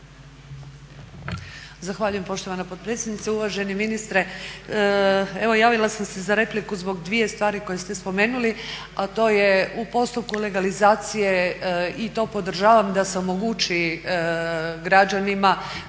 Zahvaljujem poštovana potpredsjednice, uvaženi ministre. Evo javila sam se za repliku zbog dvije stvari koje ste spomenuli, a to je u postupku legalizacije i to podržavam da se omogući građanima